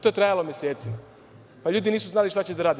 To je trajalo mesecima, ljudi nisu znali šta će da rade.